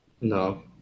No